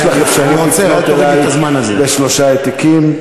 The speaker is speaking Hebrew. יש לך אפשרות לפנות אלי בשלושה העתקים,